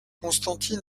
constantine